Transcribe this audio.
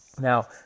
Now